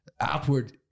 outward